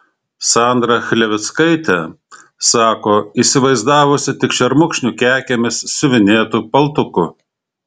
sandrą chlevickaitę sako įsivaizdavusi tik šermukšnių kekėmis siuvinėtu paltuku